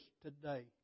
today